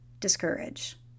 Discourage